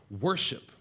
Worship